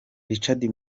richard